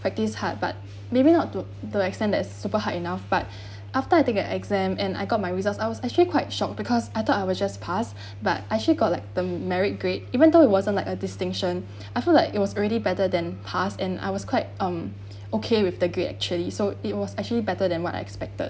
practice hard but maybe not to the extent that super hard enough but after I take the exam and I got my results I was I actually quite shocked because I thought I was just passed but actually got like the merit grade even though it wasn't like a distinction I feel like it was already better than pass and I was quite um okay with the grade actually so it was actually better than what I expected